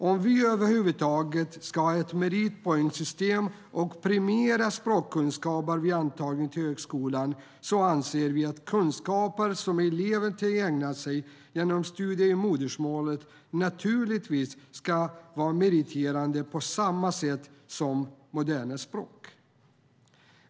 Om vi över huvud taget ska ha ett meritpoängssystem och premiera språkkunskaper vid antagning till högskolan anser vi att kunskaper som eleven tillägnat sig genom studier i modersmålet naturligtvis ska vara meriterande på samma sätt som moderna språk.